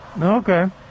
Okay